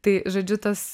tai žodžiu tas